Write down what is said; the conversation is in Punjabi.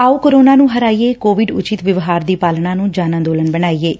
ਆਓ ਕੋਰੋਨਾ ਨੁੰ ਹਰਾਈਏਂ ਕੋਵਿਡ ਉਚਿੱਤ ਵਿਵਹਾਰ ਦੀ ਪਾਲਣਾ ਨੂੰ ਜਨ ਅੰਦੋਲਨ ਬਣਾਈਏਂ